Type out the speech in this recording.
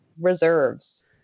reserves